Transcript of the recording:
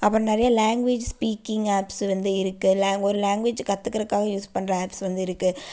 அப்புறம் நிறைய language speaking apps வந்து இருக்குது லே ஒரு லேங்குவேஜ் கற்றுக்குறக்காக யூஸ் பண்ணுற ஆப்ஸ் வந்து இருக்குது